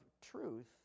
truth